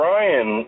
Ryan